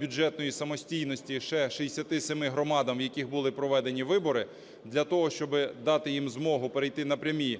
бюджетної самостійності ще 67 громадам, в яких були проведені вибори, для того, щоб дати їм змогу перейти на прямі